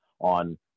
on